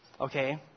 Okay